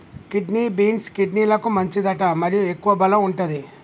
kidney beans, కిడ్నీలకు మంచిదట మరియు ఎక్కువ బలం వుంటది